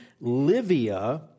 Livia